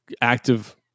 active